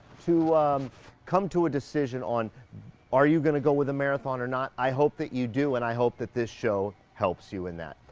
to come to a decision on are you gonna go with a marathon or not, i hope that you do, and i hope that this show helps you in that.